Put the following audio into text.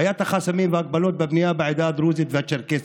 בעיית החסמים וההגבלות בבנייה בעדה הדרוזית והצ'רקסית,